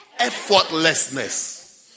Effortlessness